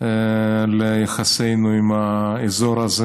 ליחסינו עם האזור הזה.